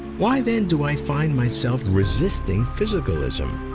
why, then, do i find myself resisting physicalism,